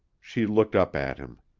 she looked up at him.